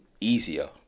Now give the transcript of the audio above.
easier